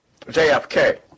JFK